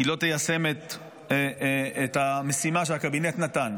היא לא תיישם את המשימה שהקבינט נתן.